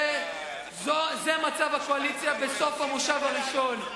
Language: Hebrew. זה מצב הקואליציה בסוף המושב הראשון,